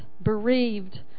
bereaved